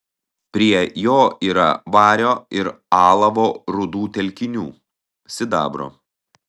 prie jo yra vario ir alavo rūdų telkinių sidabro